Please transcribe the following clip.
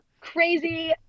crazy